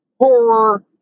horror